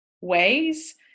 ways